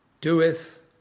Doeth